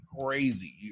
crazy